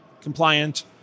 compliant